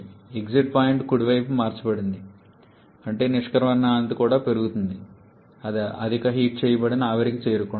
exit point కుడి వైపుకు మార్చబడుతోంది అంటే నిష్క్రమణ నాణ్యత కూడా పెరుగుతోంది అది అధిక హీట్ చేయబడిన ఆవిరికి చేరుకుంటుంది